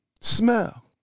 smell